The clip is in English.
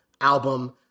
album